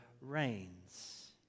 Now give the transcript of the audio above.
reigns